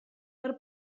per